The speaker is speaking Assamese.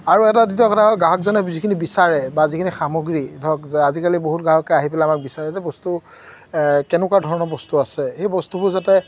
আৰু এটা দ্বিতীয় কথা হ'ল গ্ৰাহকজনে যিখিনি বিচাৰে বা যিখিনি সামগ্ৰী ধৰক আজিকালি বহুত গ্ৰাহকে আহি পেলাই আমাক বিচাৰে যে বস্তু কেনেকুৱা ধৰণৰ বস্তু আছে সেই বস্তুবোৰ যাতে